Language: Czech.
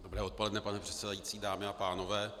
Dobré odpoledne, pane předsedající, dámy a pánové.